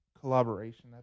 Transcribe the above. collaboration